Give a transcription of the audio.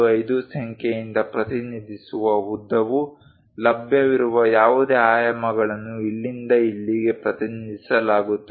25 ಸಂಖ್ಯೆಯಿಂದ ಪ್ರತಿನಿಧಿಸುವ ಉದ್ದವು ಲಭ್ಯವಿರುವ ಯಾವುದೇ ಆಯಾಮಗಳನ್ನು ಇಲ್ಲಿಂದ ಇಲ್ಲಿಗೆ ಪ್ರತಿನಿಧಿಸಲಾಗುತ್ತದೆ